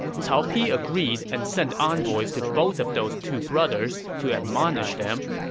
cao pi agreed and sent envoys to both of those two brothers to admonish them.